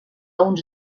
uns